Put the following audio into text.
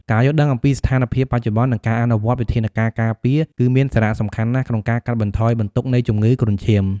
ការយល់ដឹងអំពីស្ថានភាពបច្ចុប្បន្ន និងការអនុវត្តវិធានការការពារគឺមានសារៈសំខាន់ណាស់ក្នុងការកាត់បន្ថយបន្ទុកនៃជំងឺគ្រុនឈាម។